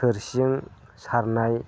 थोरसिजों सारनाय